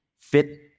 fit